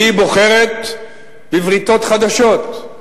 היא בוחרת בבריתות חדשות.